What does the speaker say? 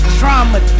drama